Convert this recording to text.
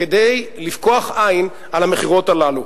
כדי לפקוח עין על המכירות הללו.